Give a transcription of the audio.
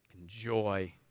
enjoy